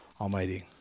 Almighty